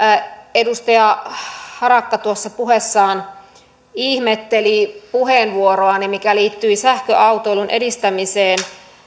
edustaja harakka tuossa puheessaan ihmetteli puheenvuoroani mikä liittyi sähköautoilun edistämiseen